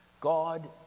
God